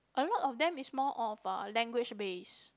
a lot of them is more of language base